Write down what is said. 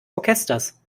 orchesters